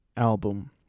album